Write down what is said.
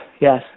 yes